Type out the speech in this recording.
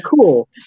cool